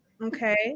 Okay